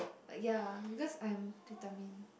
ya because I'm determined